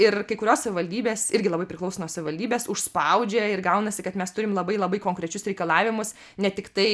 ir kai kurios savivaldybės irgi labai priklauso nuo savivaldybės užspaudžia ir gaunasi kad mes turim labai labai konkrečius reikalavimus ne tiktai